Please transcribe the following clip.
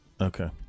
Okay